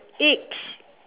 eggs